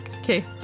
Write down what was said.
okay